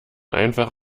einfach